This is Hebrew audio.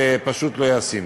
זה פשוט לא ישים.